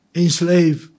enslave